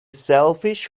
selfish